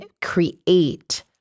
create